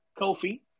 Kofi